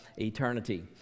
eternity